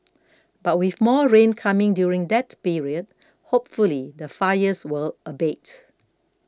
but with more rain coming during that period hopefully the fires will abate